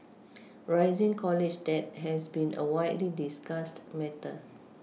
rising college debt has been a widely discussed matter